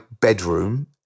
bedroom